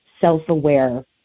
self-aware